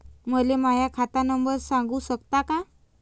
मले माह्या खात नंबर सांगु सकता का?